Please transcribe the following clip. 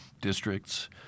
districts